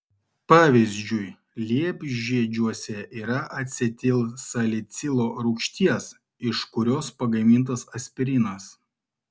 pavyzdžiui liepžiedžiuose yra acetilsalicilo rūgšties iš kurios pagamintas aspirinas